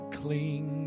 cling